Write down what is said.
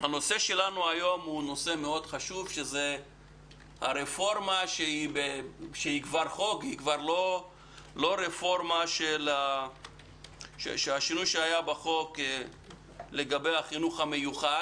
הנושא שלנו היום מאוד חשוב: הרפורמה שהיא כבר חוק לגבי החינוך המיוחד.